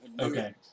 Okay